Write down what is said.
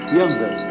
younger